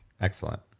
Excellent